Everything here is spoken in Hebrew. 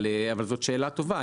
אבל זאת שאלה טובה,